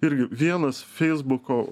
irgi vienas feisbuko